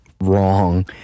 wrong